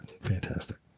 Fantastic